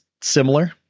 similar